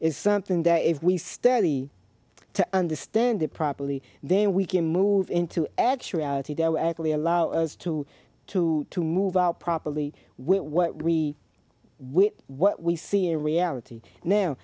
is something that if we steadily to understand it properly then we can move into actuality though actually allow us to to move out properly with what we what we see in reality now